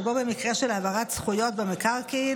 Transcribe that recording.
שבו במקרה של העברת זכויות במקרקעין